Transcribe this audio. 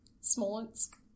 Smolensk